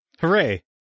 Hooray